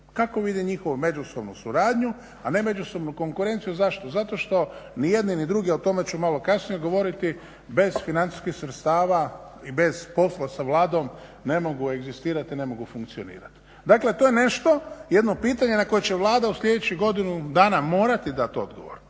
Kako vidi njihovu međusobnu suradnju, a ne međusobnu konkurenciju, zašto? Zato što ni jedni ni drugi, o tome ću malo kasnije govoriti, bez financijskih sredstava i bez … sa Vladom ne mogu egzistirati i ne mogu funkcionirati. Dakle, to je nešto, jedno pitanje na koje će Vlada u sljedećih godinu dana morati dati odgovor,